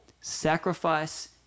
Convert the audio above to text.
sacrifice